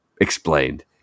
explained